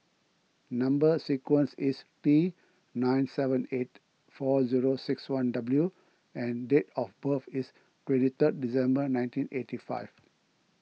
Number Sequence is T nine seven eight four zero six one W and date of birth is twenty third December nineteen eighty five